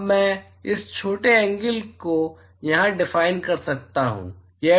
अब मैं इस छोटे एंगल को यहाँ डिफाइन कर सकता हूँ